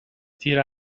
تیر